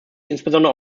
insbesondere